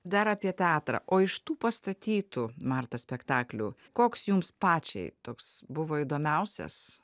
dar apie teatrą o iš tų pastatytų marta spektaklių koks jums pačiai toks buvo įdomiausias